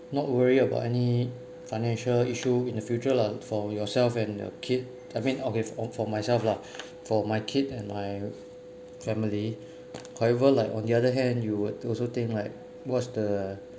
not worry about any financial issue in the future lah for yourself and your kid I mean okay for for myself lah for my kid and my family however like on the other hand you would also think like what's the